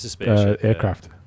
aircraft